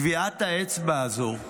טביעת האצבע הזו,